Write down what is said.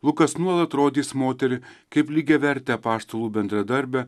lukas nuolat rodys moterį kaip lygiavertę apaštalų bendradarbę